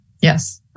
Yes